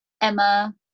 Emma